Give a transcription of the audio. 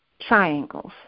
triangles